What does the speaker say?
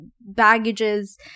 baggages